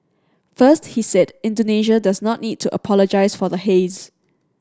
first he said Indonesia does not need to apologise for the haze